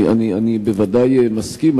אני בוודאי מסכים,